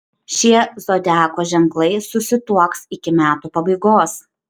šie zodiako ženklai susituoks iki metų pabaigos